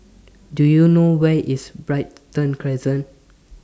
Do YOU know Where IS Brighton Crescent